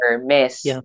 miss